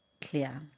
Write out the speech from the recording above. clear